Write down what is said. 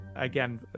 again